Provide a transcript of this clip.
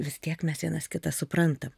vis tiek mes vienas kitą suprantam